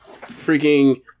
freaking